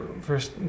first